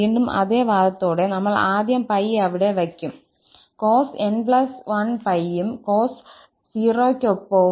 വീണ്ടും അതേ വാദത്തോടെ നമ്മൾ ആദ്യം 𝜋 അവിടെ വെക്കും cos𝑛1𝜋 യും − cos 0 ക്ക് ഒപ്പവും